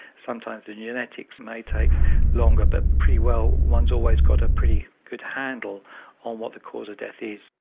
sometimes the genetics may take longer but pretty well one's always got a pretty good handle on what the cause of death is.